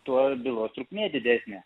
tuo bylos trukmė didesnė